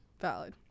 valid